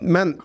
Men